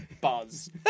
Buzz